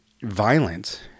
violence